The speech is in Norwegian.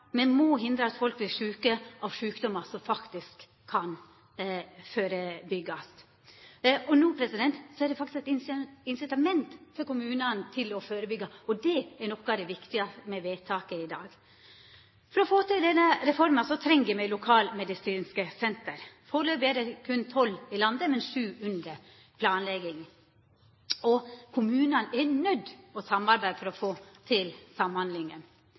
Me må hindra at folk vert sjuke av sjukdommar som faktisk kan førebyggjast. No er det faktisk eit incitament for kommunane å førebyggja, og det er noko av det viktigaste med vedtaket i dag. For å få til denne reforma treng me lokalmedisinske senter. Førebels er det berre tolv i landet, men sju er under planlegging. Kommunane er òg nøydde til å samarbeida for å få til samhandlinga.